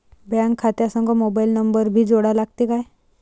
Bank खात्या संग mobile number भी जोडा लागते काय?